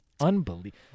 Unbelievable